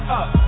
up